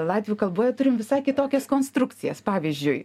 latvių kalboje turim visai kitokias konstrukcijas pavyzdžiui